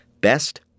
Best